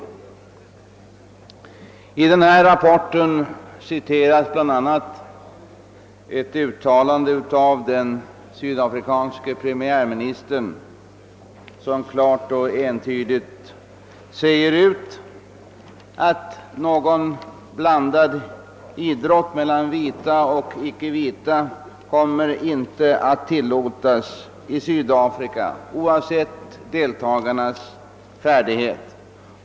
I denna rapport citeras bl.a. ett uttalande av den sydafrikanske premiärministern, som där klart och entydigt säger ut att någon blandad idrott mellan vita och icke vita inte kommer att tillåtas i Sydafrika oavsett deltagarnas färdighet.